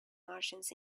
martians